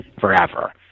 forever